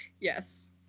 Yes